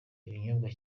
ikinyobwa